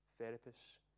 therapists